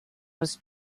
was